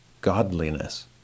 godliness